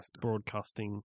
broadcasting